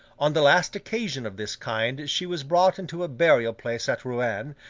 on the last occasion of this kind she was brought into a burial-place at rouen,